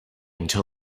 until